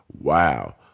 Wow